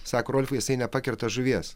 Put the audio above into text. sako rolfai jisai nepakerta žuvies